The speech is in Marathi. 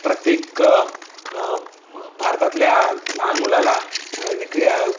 प्रत्येक भारतातल्या लहान मुलाला क